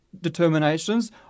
determinations